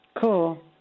Cool